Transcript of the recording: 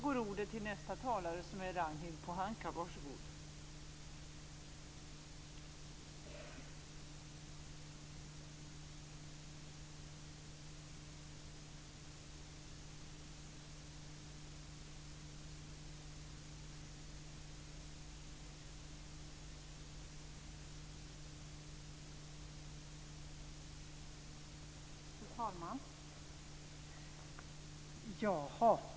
Fru talman!